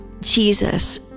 Jesus